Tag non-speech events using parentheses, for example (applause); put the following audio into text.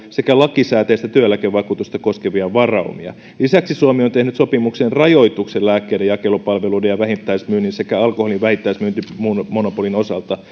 sekä lakisääteistä työeläkevakuutusta koskevia varaumia lisäksi suomi on tehnyt sopimukseen rajoituksen lääkkeiden jakelupalveluiden ja vähittäismyynnin sekä alkoholin vähittäismyyntimonopolin osalta (unintelligible)